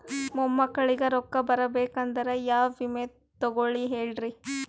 ಮೊಮ್ಮಕ್ಕಳಿಗ ರೊಕ್ಕ ಬರಬೇಕಂದ್ರ ಯಾ ವಿಮಾ ತೊಗೊಳಿ ಹೇಳ್ರಿ?